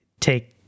take